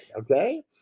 okay